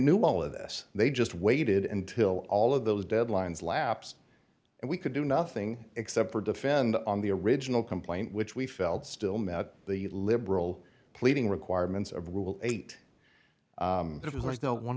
knew all of this they just waited until all of those deadlines lapsed and we could do nothing except for defend on the original complaint which we felt still met the liberal pleading requirements of rule eight it was